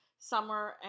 summer